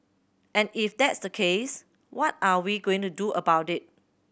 and if that's the case what are we going to do about it